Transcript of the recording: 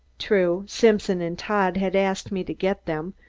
true, simpson and todd had asked me to get them,